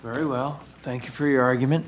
very well thank you for your argument